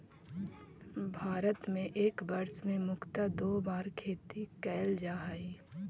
भारत में एक वर्ष में मुख्यतः दो बार खेती कैल जा हइ